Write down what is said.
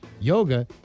yoga